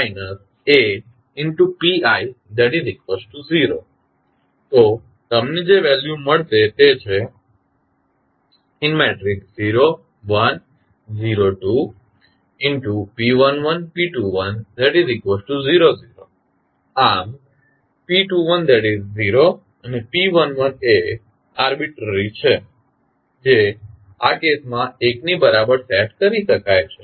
iI Api0 તો તમને જે વેલ્યુ મળશે તે છે આમ p210 અને p11 એ આરબીટ્રરી છે જે આ કેસમાં 1 ની બરાબર સેટ કરી શકાય છે